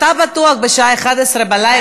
אתה בטוח בשעה 23:00,